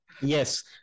Yes